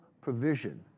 provision